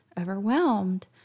overwhelmed